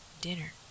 dinner